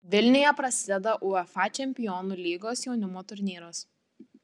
vilniuje prasideda uefa čempionų lygos jaunimo turnyras